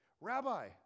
Rabbi